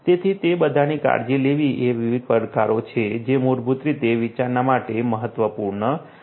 તેથી તે બધાની કાળજી લેવી એ વિવિધ પડકારો છે જે મૂળભૂત રીતે વિચારણા માટે મહત્વપૂર્ણ છે